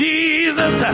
Jesus